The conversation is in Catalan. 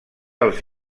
als